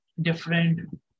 different